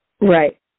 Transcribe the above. right